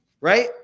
right